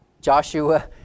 Joshua